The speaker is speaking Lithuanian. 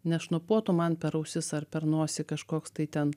nešnopuotų man per ausis ar per nosį kažkoks tai ten